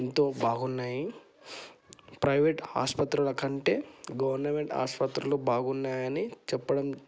ఎంతో బాగున్నాయి ప్రైవేట్ ఆస్పత్రుల కంటే గవర్నమెంట్ ఆసుపత్రులు బాగున్నాయని చెప్పడం